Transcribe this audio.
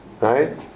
right